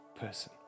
person